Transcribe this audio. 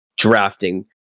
Drafting